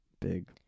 big